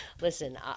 Listen